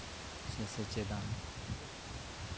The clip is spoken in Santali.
ᱥᱮ ᱥᱮᱪᱮᱫ ᱟᱱ